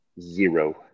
Zero